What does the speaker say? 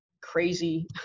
crazy